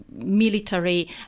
military